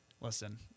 Listen